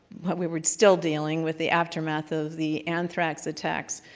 well we we're still dealing with the aftermath of the anthrax attacks,